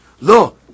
Lo